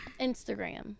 Instagram